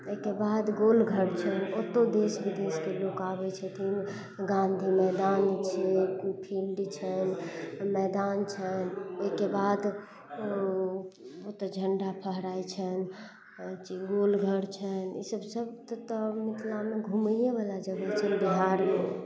एहिके बाद गोलघर छनि ओतौ देश विदेशके लोक आबै छथिन गाँधी मैदान छै फील्ड छनि मैदान छनि ओहिके बाद ओतऽ झण्डा फहराइ छनि गोलघर छनि ईसब सब तऽ मिथिलामे घुमैये बला जगह छनि बिहारमे